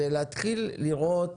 זה להתחיל לראות